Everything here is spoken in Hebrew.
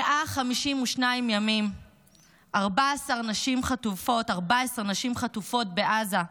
152 ימים 14 נשים חטופות בעזה,